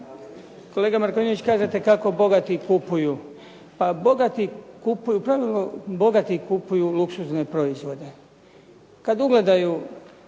Kolega Markovinović kažete kako bogati kupuju. Pa bogati kupuju, u pravilu bogati kupuju luksuzne proizvode. Kad ugledaju